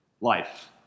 life